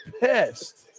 pissed